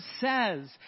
says